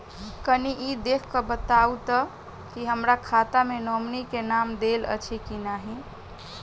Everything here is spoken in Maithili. कनि ई देख कऽ बताऊ तऽ की हमरा खाता मे नॉमनी केँ नाम देल अछि की नहि?